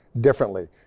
differently